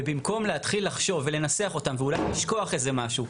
ובמקום להתחיל לחשוב ולנסח אותם ואולי לשכוח איזה משהו,